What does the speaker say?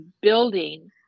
building